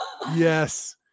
Yes